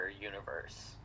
universe